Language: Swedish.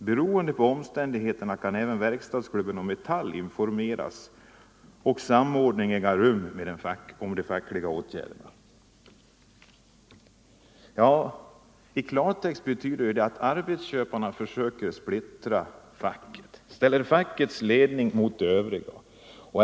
Beroende på omständigheterna kan även verkstadsklubben och Metall informeras och samordning äga rum om de fackliga åtgärderna.” I klartext betyder det att arbetsköparna försöker splittra facket — ställer fackets ledning mot de övriga.